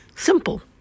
Simple